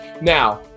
Now